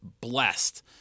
blessed